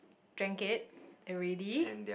drank it already